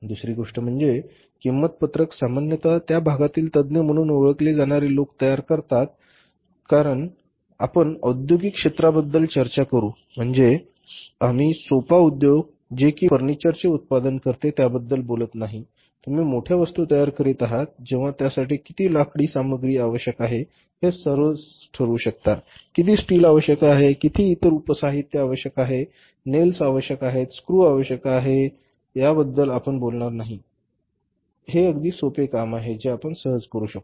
दुसरी गोष्ट म्हणजे किंमत पत्रक सामान्यत त्या भागातील तज्ञ म्हणून ओळखले जाणारे लोक तयार करतात कारण आपण औद्योगिक क्षेत्राबद्दल चर्चा करू म्हणजे आम्ही सोपा उद्योग जे कि फर्निचरचे उत्पादन करते त्याबद्दल बोलत नाही तुम्ही मोठ्या वस्तू तयार करीत आहात तेव्हा त्यासाठी किती लाकडी सामग्री आवश्यक आहे हे सहज ठरवु शकता किती स्टील आवश्यक आहे किती इतर उप साहित्य आवश्यक आहेत नेल्स आवश्यक आहेत स्क्रू आवश्यक आहेत याबद्दल आपण बोलणार नाही आहोत हे एक अगदी सोपे काम आहे जे आपण सहज करू शकतो